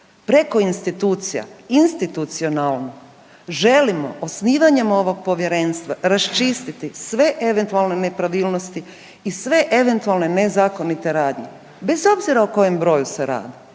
preko institucija institucionalno želimo osnivanjem ovog povjerenstva raščistiti sve eventualne nepravilnosti i sve eventualne nezakonite radnje bez obzira o kojem broju se radi.